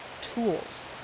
tools